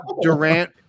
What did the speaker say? Durant